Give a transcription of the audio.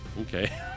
Okay